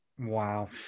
Wow